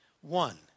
one